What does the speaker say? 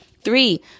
Three